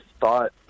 thought